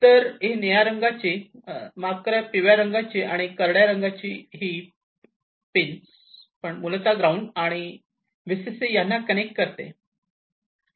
तर ही निळ्या रंगाची माफ करा ती तर ही पिवळ्या रंगाची आणि आणि करड्या रंगाची ही पण जी मूलतः ग्राउंड आणि VCC यांना कनेक्ट करते ती ग्राउंड आणि VCC यांना कनेक्ट करते